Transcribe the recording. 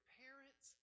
parents